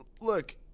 look